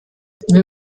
wir